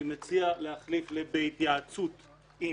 אני מציע להחליף ל"בהתייעצות עם"